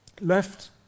left